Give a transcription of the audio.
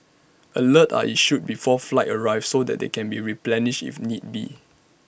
alerts are issued before flights arrive so that they can be replenished if need be